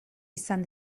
izan